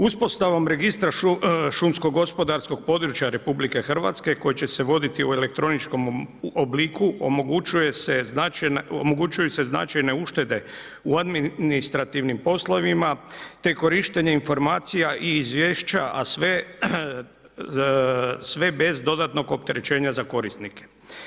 Uspostavom registra šumsko gospodarskog područja RH koji će se voditi u elektroničkom obliku, omogućuju se značajne uštede u administrativnim poslovima te korištenje informacija i izvješća, a sve bez dodatnog opterećenja za korisnike.